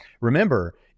Remember